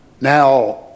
Now